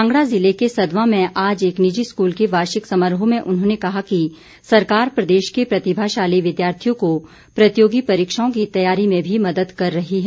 कांगड़ा जिला के सदवां में आज एक निजी स्कूल के वार्षिक समारोह में उन्होंने कहा कि सरकार प्रदेश के प्रतिभाशाली विद्यार्थियों को प्रतियोगी परीक्षाओं की तैयारी में भी मदद कर रही है